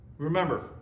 Remember